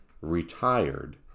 retired